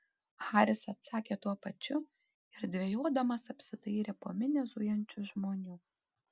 haris atsakė tuo pačiu ir dvejodamas apsidairė po minią zujančių žmonių